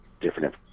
different